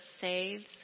saves